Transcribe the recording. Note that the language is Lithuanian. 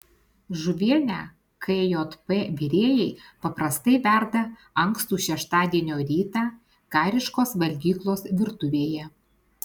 žuvienę kjp virėjai paprastai verda ankstų šeštadienio rytą kariškos valgyklos virtuvėje